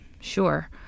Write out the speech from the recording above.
sure